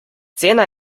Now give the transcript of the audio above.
cena